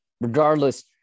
regardless